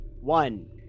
One